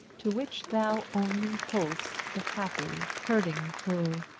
to which thou only hold'st the happy, hurting clue.